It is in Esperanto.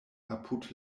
apud